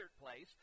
place